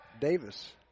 Davis